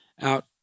out